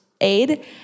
aid